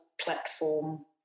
platform